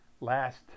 Last